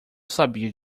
sabia